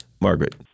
Margaret